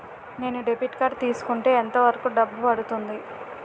నేను debit card తీసుకుంటే ఎంత వరకు డబ్బు పడుతుంది?